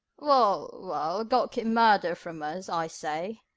well, well, god keep murder from us, i say,